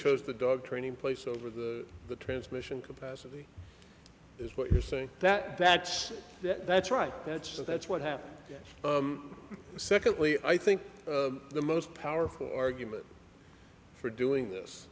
chose the dog training place over the the transmission capacity is what you're saying that that's that's right that's the that's what happened secondly i think the most powerful argument for doing this